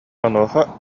онуоха